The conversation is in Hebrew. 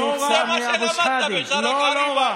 לא, בידיש בטאטא" זה מה שלמדת ב"ג'ארכ קריבכ".